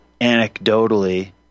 anecdotally